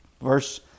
Verse